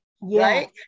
Right